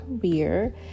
career